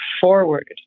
forward